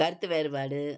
கருத்து வேறுபாடு